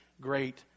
great